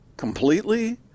completely